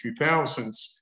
2000s